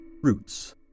Roots